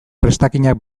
prestakinak